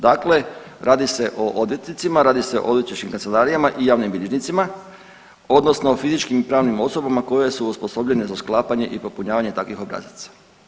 Dakle, radi se o odvjetnicima, radi se o odvjetničkim kancelarijama i javnim bilježnicima odnosno fizičkim i pravnim osobama koje su osposobljene za sklapanje i popunjavanje takvih obrazaca.